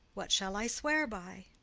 what shall i swear by?